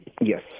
Yes